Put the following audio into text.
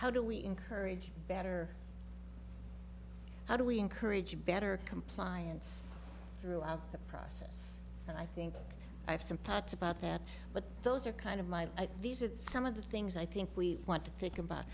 how do we encourage better how do we encourage better compliance throughout the process and i think i have some thoughts about that but those are kind of my these are some of the things i think we want to think about